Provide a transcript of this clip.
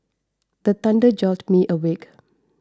the thunder jolt me awake